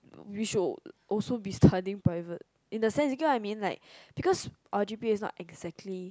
we should also be studying private in the sense you get what I mean like because our g_p_a is not exactly